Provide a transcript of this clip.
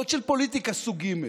ועוד של פוליטיקה סוג ג'.